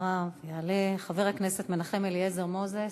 אחריו יעלה חבר הכנסת מנחם אליעזר מוזס,